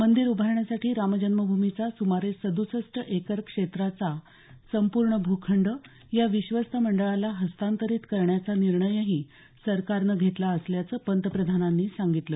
मंदीर उभारण्यासाठी रामजन्मभूमीचा सद्सष्ट एकर क्षेत्राचा संपूर्ण भूखंड या विश्वस्त मंडळाला हस्तांतरित करण्याचा निर्णयही सरकारनं घेतला असल्याचं पंतप्रधानांनी सांगितलं